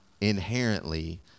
inherently